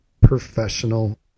professional